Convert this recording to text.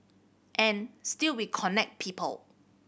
and still we connect people